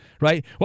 right